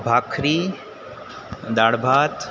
ભાખરી દાળભાત